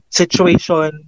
situation